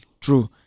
True